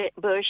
bush